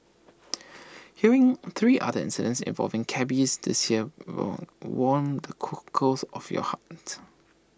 hearing three other involving cabbies this year warm the cockles of your heart